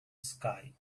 sky